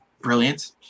brilliant